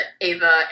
Ava